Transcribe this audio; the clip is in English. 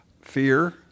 fear